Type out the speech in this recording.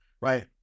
right